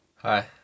Hi